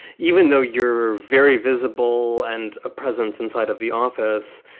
even though you're very visible and a presence inside of the office,